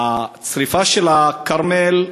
השרפה של הכרמל,